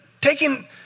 taking